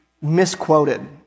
misquoted